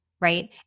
right